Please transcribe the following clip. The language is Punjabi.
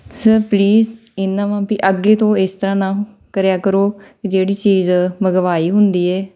ਸਰ ਪਲੀਜ਼ ਇੰਨਾ ਵਾ ਵੀ ਅੱਗੇ ਤੋਂ ਇਸ ਤਰ੍ਹਾਂ ਨਾ ਕਰਿਆ ਕਰੋ ਜਿਹੜੀ ਚੀਜ਼ ਮੰਗਵਾਈ ਹੁੰਦੀ ਹੈ